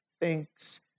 thinks